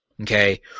Okay